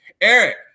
Eric